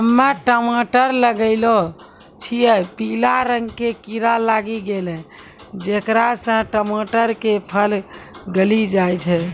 हम्मे टमाटर लगैलो छियै पीला रंग के कीड़ा लागी गैलै जेकरा से टमाटर के फल गली जाय छै?